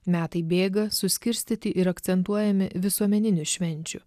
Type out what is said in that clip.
metai bėga suskirstyti ir akcentuojami visuomeninių švenčių